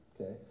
okay